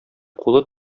кулы